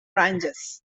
ranges